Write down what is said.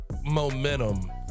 momentum